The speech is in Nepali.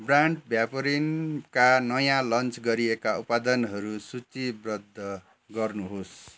ब्रान्ड भ्यापोरिनका नयाँ लन्च गरिएका उत्पादनहरू सूचीबद्ध गर्नुहोस्